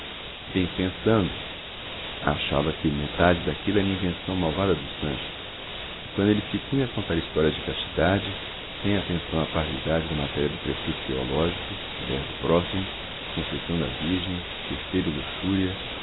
bem pensando achava que metade daquilo era invenção malvada do sanches e quando ele punha-se a contar histórias de castidade sem atenção à parvidade da matéria do preceito teológico mulher do próximo conceição da virgem